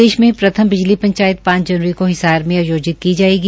प्रदेश के प्रथम बिजली पंचायत पांच फरवरी को हिसार मे आयोजित की जायेगी